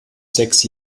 sechs